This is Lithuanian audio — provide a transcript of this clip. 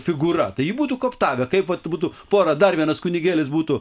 figūra tai jį būtų koptavę kaip vat būtų porą dar vienas kunigėlis būtų